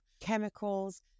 chemicals